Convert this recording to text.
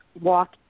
walk